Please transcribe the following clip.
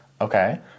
Okay